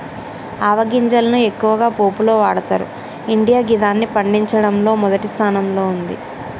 ఆవ గింజలను ఎక్కువగా పోపులో వాడతరు ఇండియా గిదాన్ని పండించడంలో మొదటి స్థానంలో ఉంది